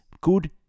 Good